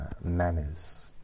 manners